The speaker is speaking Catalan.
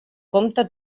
compte